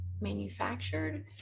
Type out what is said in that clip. manufactured